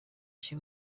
she